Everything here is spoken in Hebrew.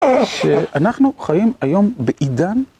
שאנחנו חיים היום בעידן.